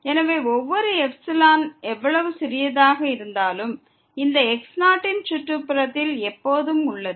எனவே ஒவ்வொரு எப்சிலான் எவ்வளவு சிறியதாக இருந்தாலும் இந்த x0 இன் சுற்றுப்புறத்தில் எப்போதும் உள்ளது